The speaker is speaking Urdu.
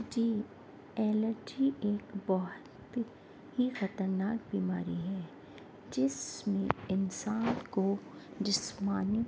جی الرجی ایک بہت ہی خطرناک بیماری ہے جس میں انسان کو جسمانی